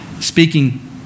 speaking